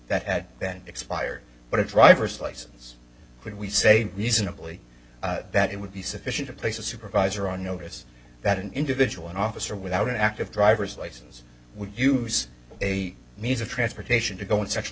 that had been expired but a driver's license would we say reasonably that it would be sufficient to place a supervisor on notice that an individual an officer without an active driver's license would use a means of transportation to go and sexual